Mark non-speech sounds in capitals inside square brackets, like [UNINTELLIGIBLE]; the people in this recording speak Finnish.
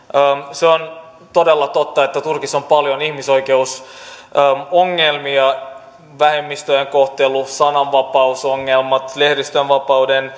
se on todella totta että turkissa on paljon ihmisoikeusongelmia vähemmistöjen kohtelu sananvapausongelmat lehdistönvapauden [UNINTELLIGIBLE]